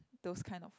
those kind of